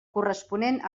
corresponent